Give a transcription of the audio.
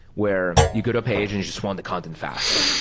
where you go to a page and you just want the content fast.